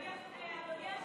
אתה בעד טרור?